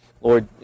Lord